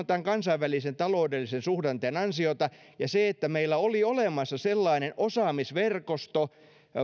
tämän kansainvälisen taloudellisen suhdanteen ja sen ansiota että meillä oli olemassa sellainen osaamisverkosto